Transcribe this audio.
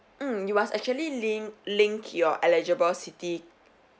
um you must actually link link your eligible citi